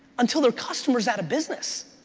until their customer's out of business,